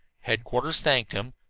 headquarters thanked them,